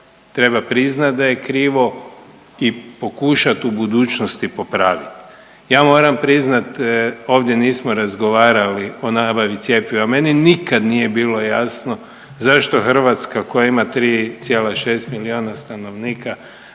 treba priznat da je krivo i pokušati u budućnosti popraviti. Ja moram priznati ovdje nismo razgovarali o nabavi cjepiva. Meni nikad nije bilo jasno zašto Hrvatska koja ima 3,6 milijuna stanovnika